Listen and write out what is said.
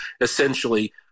essentially